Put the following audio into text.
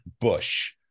Bush